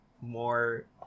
more